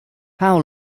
how